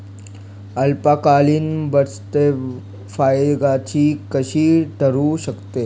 अल्पकालीन बचतठेव फायद्याची कशी ठरु शकते?